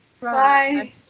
Bye